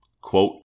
Quote